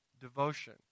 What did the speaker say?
devotion